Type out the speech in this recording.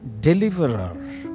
Deliverer